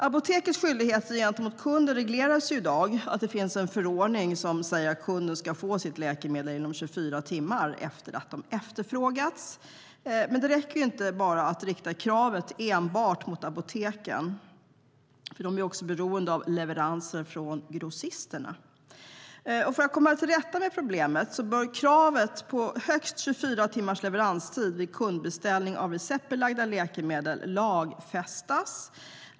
Apotekets skyldigheter gentemot kunden regleras i dag genom en förordning som säger att kunden ska få sitt läkemedel inom 24 timmar efter att det efterfrågats. Men det räcker inte att rikta kravet enbart mot apoteken, för de är också beroende av leveranser från grossisterna. För att komma till rätta med problemet bör kravet på högst 24 timmars leveranstid vid kundbeställning av receptbelagda läkemedel lagfästas.